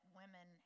women